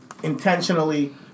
Intentionally